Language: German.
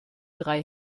drei